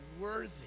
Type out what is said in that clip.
worthy